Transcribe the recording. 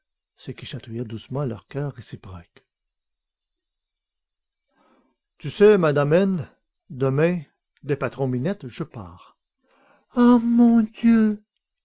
ce qui chatouilla doucement leurs cœurs réciproques tu sais madame n demain dès patron-minette je pars ah mon dieu